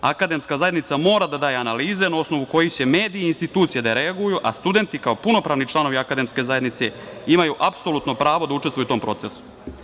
Akademska zajednica mora da daje analize na osnovu kojih će mediji i institucije da reaguju, a studenti kao punopravni članovi akademske zajednice imaju apsolutno pravo da učestvuju u tom procesu.